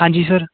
ਹਾਂਜੀ ਸਰ